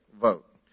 vote